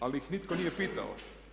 Ali ih nitko nije pitao.